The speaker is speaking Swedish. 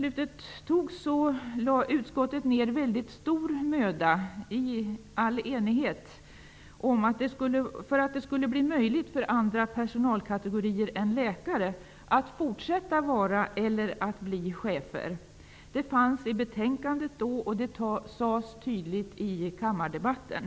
Utskottet lade ner stor möda inför det beslutet, i all enighet, för att det skulle vara möjligt för andra personalkategorier än läkare att fortsätta att vara eller bli chefer. Det stod i betänkandet då, och det sades tydligt i kammardebatten.